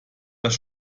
das